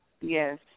Yes